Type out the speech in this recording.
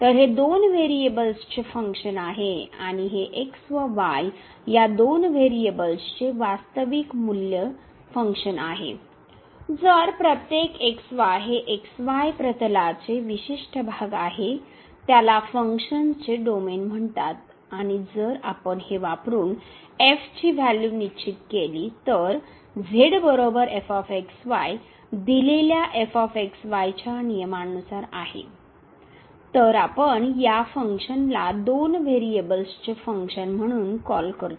तर हे दोन व्हेरिएबल्सचे फंक्शन आहे आणि हे x व y या दोन व्हेरिएबल्सचे वास्तविक मूल्यवान फंक्शन आहे जर प्रत्येक हे x y प्रतलाचे विशिष्ट भाग आहे त्याला फंक्शनचे डोमेन म्हणतात आणि जर आपण हे वापरून ची व्हॅल्यू निश्चित केली तर दिलेल्या f x y च्या नियमांनुसार आहे तर आपण या फंक्शनला दोन व्हेरिएबल्सचे फंक्शन म्हणून कॉल करतो